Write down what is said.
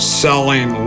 selling